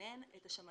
השמאים המכריעים.